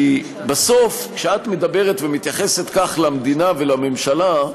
כי בסוף, כשאת מדברת ומתייחסת כך למדינה ולממשלה,